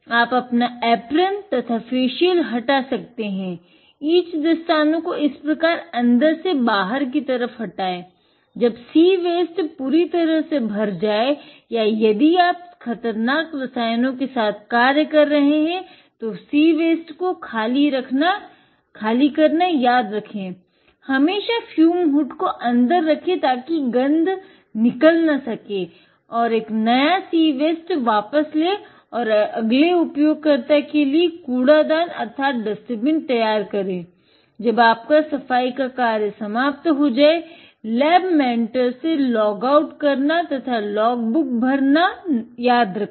आप अपना एप्रन भरना याद रखे